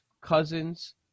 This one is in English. Cousins